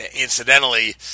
incidentally